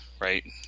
right